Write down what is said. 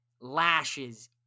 lashes